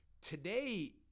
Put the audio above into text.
Today